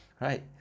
right